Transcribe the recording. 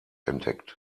entdeckt